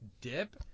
dip